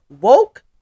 Woke